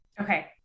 Okay